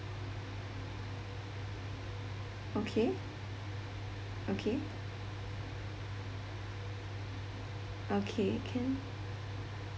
okay okay okay can